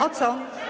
O co?